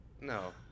no